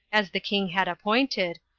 as the king had appointed,